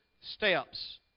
steps